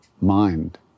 mind